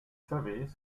savez